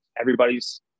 everybody's